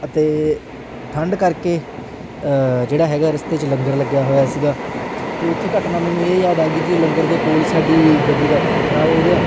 ਅਤੇ ਠੰਡ ਕਰਕੇ ਜਿਹੜਾ ਹੈਗਾ ਰਸਤੇ 'ਚ ਲੰਗਰ ਲੱਗਿਆ ਹੋਇਆ ਸੀਗਾ ਅਤੇ ਉੱਥੇ ਘਟਨਾ ਮੈਨੂੰ ਇਹ ਯਾਦ ਆ ਗਈ ਜੀ ਲੰਗਰ ਦੇ ਕੋਲ ਸਾਡੀ ਗੱਡੀ ਦਾ ਟੈਰ ਖ਼ਰਾਬ ਹੋ ਗਿਆ